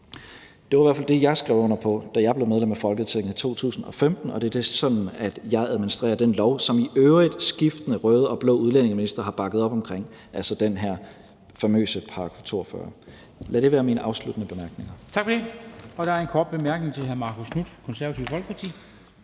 Det var i hvert fald det, jeg skrev under på, da jeg blev medlem af Folketinget i 2015, og det er sådan, jeg administrerer den lov, som skiftende røde og blå udlændingeministre i øvrigt har bakket op omkring, altså den her famøse § 42. Lad det være mine afsluttende bemærkninger. Kl. 14:30 Formanden (Henrik Dam Kristensen): Tak for det. Der er en kort bemærkning til hr. Marcus Knuth, Det Konservative Folkeparti.